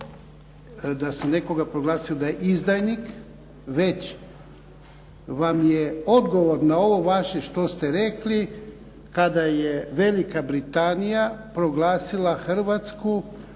da sam nekoga proglasio da je izdajnik, već vam je odgovor na ovo vaše što ste rekli kada je Velika Britanija proglasila Hrvatsku